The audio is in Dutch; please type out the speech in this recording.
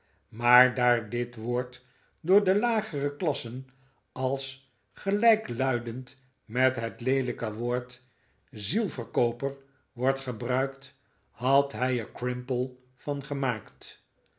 maar daar dit woord door de lagere klassen als gelijkluidend met het leelijke woord zielverkooper wordt gebruikt had hij er crimple van gemaakt